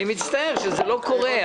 אני מצטער שזה לא קורה.